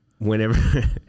Whenever